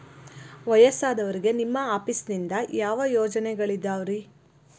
ವಯಸ್ಸಾದವರಿಗೆ ನಿಮ್ಮ ಆಫೇಸ್ ನಿಂದ ಯಾವ ಯೋಜನೆಗಳಿದಾವ್ರಿ?